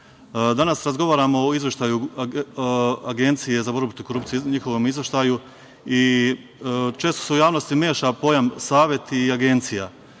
Danas razgovaramo o izveštaju Agencije za borbu protiv korupcije, njihovom izveštaju i često se u javnosti meša pojam „savet“ i „agencija“.